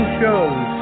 shows